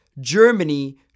Germany